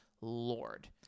Lord